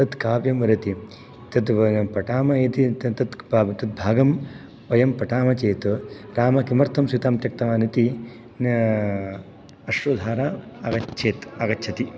तत् काव्यं रतिः तद् वयं पठामः इति तत्भागं वयं पठामः चेत् रामः किमर्थं सीतां त्यक्तवान् इति अश्रुधारा आगच्छेत् आगच्छति